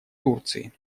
турции